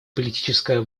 политическая